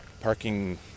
parking